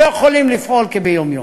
הם לא יכולים לפעול כביום-יום.